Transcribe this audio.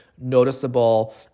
noticeable